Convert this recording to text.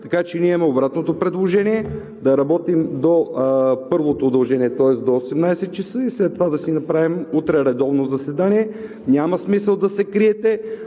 така че ние имаме обратното предложение: да работим до първото удължение, тоест до 18,00 ч. и след това да си направим утре редовно заседание. Няма смисъл да се криете.